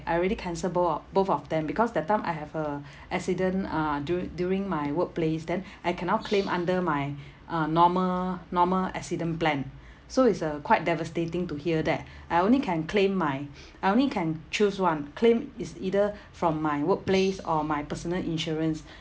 I already cancel both o~ both of them because that time I have a accident uh du~ during my workplace then I cannot claim under my uh normal normal accident plan so it's a quite devastating to hear that I only can claim my I only can choose one claim it's either from my workplace or my personal insurance